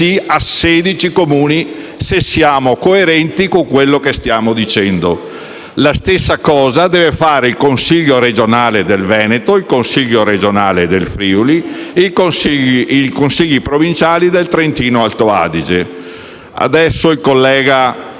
sì a sedici Comuni, se vogliamo essere coerenti con quello che stiamo dicendo. La stessa cosa devono fare il Consiglio regionale del Veneto, il Consiglio regionale del Friuli-Venezia Giulia e i Consigli provinciali del Trentino-Alto Adige. Adesso il collega